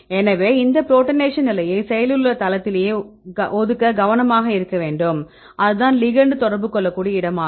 எனவே இந்த புரோட்டானேஷன் நிலையை செயலில் உள்ள தளத்திலேயே ஒதுக்க கவனமாக இருக்க வேண்டும் அதுதான் லிகெெண்ட் தொடர்பு கொள்ளக்கூடிய இடமாகும்